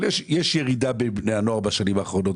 בשנים האחרונות יש ירידה בקרב בני הנוער המעשנים.